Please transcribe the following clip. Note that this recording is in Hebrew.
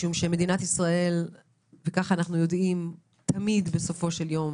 כי כמו שאנחנו יודעים, בסופו של יום